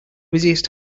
busiest